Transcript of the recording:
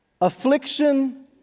affliction